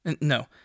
No